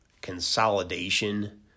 consolidation